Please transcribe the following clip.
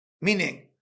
meaning